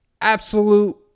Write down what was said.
Absolute